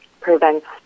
prevents